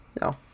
No